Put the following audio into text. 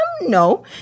no